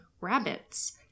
rabbits